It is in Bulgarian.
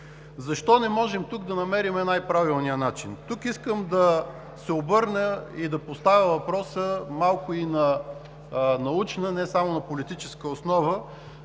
Защо не можем тук да намерим най-правилния начин? Искам да се обърна и да поставя въпроса малко и на научна, не само на политическа основа,